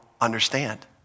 understand